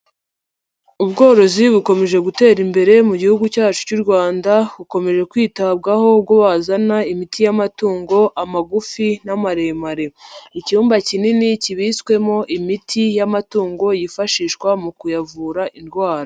Ubworozi bukomeje gutera imbere mu gihugu cyacu cy'u Rwanda, bukomeje kwitabwaho ubwo bazana imiti y'amatungo, amagufi n'amaremare, icyumba kinini kibitswemo imiti y'amatungo yifashishwa mu kuyavura indwara.